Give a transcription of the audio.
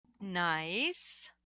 Nice